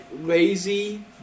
lazy